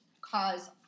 cause